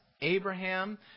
Abraham